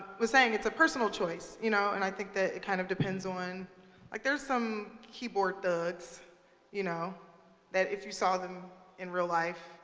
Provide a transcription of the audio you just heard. was saying it's a personal choice. you know and i think that it kind of depends on like there's some keyboard thugs you know that if you saw them in real life,